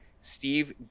Steve